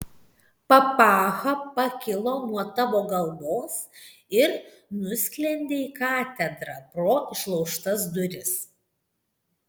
papacha pakilo nuo tavo galvos ir nusklendė į katedrą pro išlaužtas duris